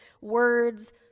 words